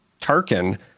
tarkin